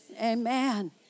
amen